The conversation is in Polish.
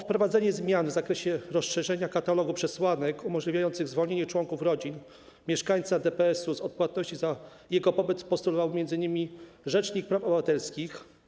O wprowadzenie zmian w zakresie rozszerzenia katalogu przesłanek umożliwiających zwolnienie członków rodziny mieszkańca DPS-u z odpłatności za jego pobyt postulował m.in. rzecznik praw obywatelskich.